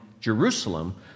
Jerusalem